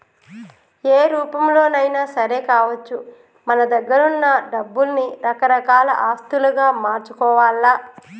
ఏ రూపంలోనైనా సరే కావచ్చు మన దగ్గరున్న డబ్బుల్ని రకరకాల ఆస్తులుగా మార్చుకోవాల్ల